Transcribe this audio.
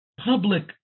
public